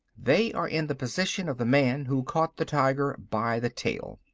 they are in the position of the man who caught the tiger by the tail.